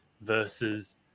versus